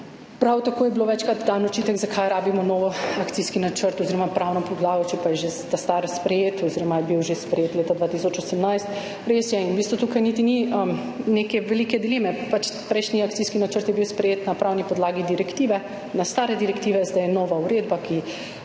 Prav tako je bil večkrat dan očitek, zakaj potrebujemo nov akcijski načrt oziroma pravno podlago, če pa je bil že star sprejet leta 2018. Res je in v bistvu tukaj niti ni neke velike dileme, pač prejšnji akcijski načrt je bil sprejet na pravni podlagi stare direktive, zdaj je nova uredba, torej